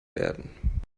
werden